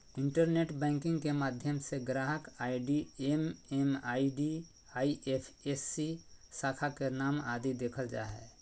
internet banking के माध्यम से ग्राहक आई.डी एम.एम.आई.डी, आई.एफ.एस.सी, शाखा के नाम आदि देखल जा हय